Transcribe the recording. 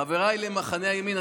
חבריי למחנה הימין,